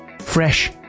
fresh